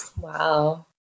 Wow